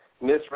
Miss